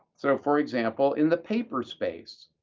so for example, in the paper space,